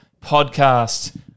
podcast